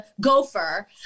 gopher